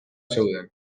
zeuden